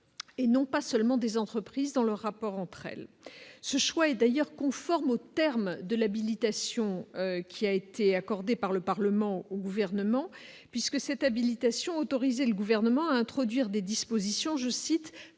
et non pas seulement des entreprises dans le rapport entre elles, ce choix est d'ailleurs conforme au terme de l'habilitation qui a été accordé par le Parlement au gouvernement puisque cette habilitation autorisé le gouvernement à introduire des dispositions, je cite,